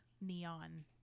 Neon